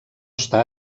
està